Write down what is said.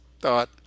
thought